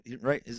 right